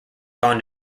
gone